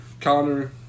Connor